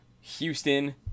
Houston